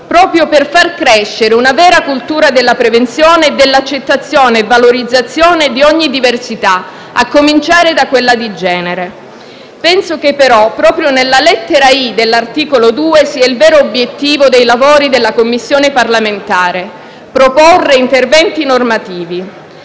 proprio per far crescere una vera cultura della prevenzione e dell'accettazione e valorizzazione di ogni diversità, a cominciare da quella di genere. Penso che, però, proprio nella lettera *i)* dell'articolo 2 stia il vero obiettivo dei lavori della Commissione parlamentare: proporre interventi normativi.